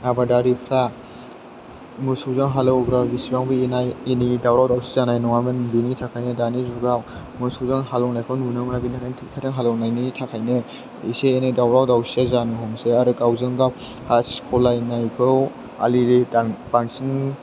आबादारिफोरा मोसौजों हालेवग्रा बेसेबां एना एनि दावराव दावसि जानाय नङामोन बेनि थाखायनो दानि जुगाव मोसौजों हालेवनायखौ नुनो मोना बिनि थाखायनो थ्रेक्ट'रजों हालेवनायनि थाखायनो एसे एनै दावराव दावसि जानो हमोसै आरो गावजों गाव हा सिख'लायनायफोराव आलि बांसिन